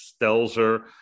Stelzer